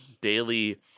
daily